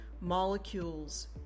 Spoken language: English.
molecules